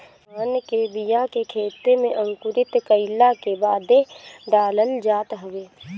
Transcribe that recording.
धान के बिया के खेते में अंकुरित कईला के बादे डालल जात हवे